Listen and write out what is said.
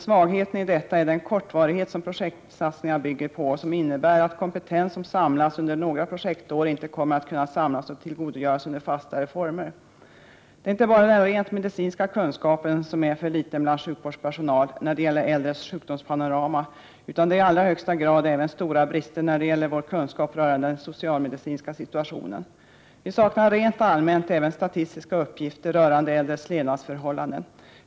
Svagheten är den kortvarighet som sådana projektsatsningar bygger på och som innebär att kompetens som samlas under några projektår inte kommer att kunna samlas och tillgodogöras under fastare former. Det är inte bara den rent medicinska kunskapen som är för liten bland sjukvårdspersonal när det gäller äldres sjukdomspanorama, utan det finns i allra högsta grad även stora brister när det gäller vår kunskap rörande den socialmedicinska situationen. Rent allmänt saknas även statistiska uppgifter rörande äldres levnadsförhållanden.